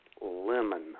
lemon